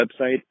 website